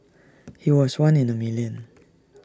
he was one in A million